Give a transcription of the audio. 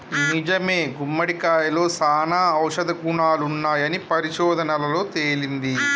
నిజమే గుమ్మడికాయలో సానా ఔషధ గుణాలున్నాయని పరిశోధనలలో తేలింది